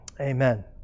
Amen